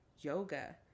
yoga